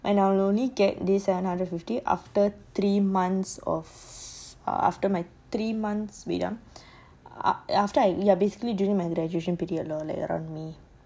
ya I only get this seven hundred and fifty after three months of err after my three months with them ah after I ya basically during my graduation period lor like around there